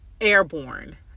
airborne